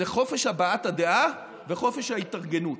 הם חופש הבעת הדעה וחופש ההתארגנות.